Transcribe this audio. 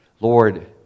Lord